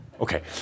Okay